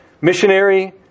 missionary